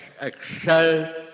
excel